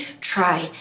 try